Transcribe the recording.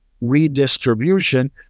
redistribution